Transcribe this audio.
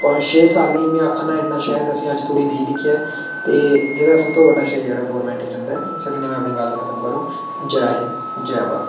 कोई पंज छे सालें च में आखना इन्ना शायद असेंगी अज्ज धोड़ी नी दिक्खेआ ऐ ते एहदा सब तूं बड्डा श्रेय जेहड़ा गवर्नमैंट गी जंदा ऐ इस्सै कन्नै में अपनी गल्ल खत्म करोङ जय हिंद जय भारत